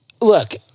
look